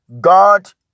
God